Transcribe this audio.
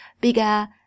bigger